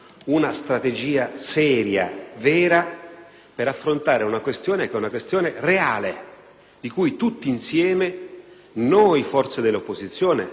per affrontare una questione che è reale e della quale tutti insieme, noi forze dell'opposizione, la maggioranza e il Governo, dovremmo farci carico.